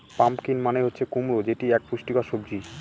pumpkin মানে হচ্ছে কুমড়ো যেটি এক পুষ্টিকর সবজি